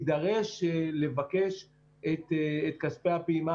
זה די קשור למה